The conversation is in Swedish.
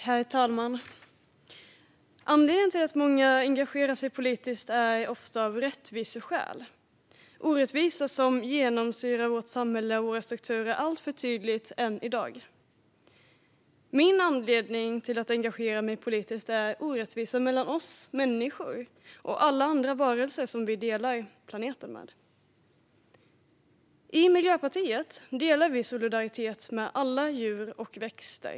Herr talman! Rättviseskäl är ofta något som får människor att engagera sig politiskt. Det handlar om orättvisa som genomsyrar vårt samhälle och våra strukturer alltför tydligt än i dag. Min anledning till att engagera mig politiskt är orättvisan mellan oss människor och alla andra varelser som vi delar planeten med. I Miljöpartiet känner vi solidaritet med alla djur och växter.